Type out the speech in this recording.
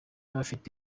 bafite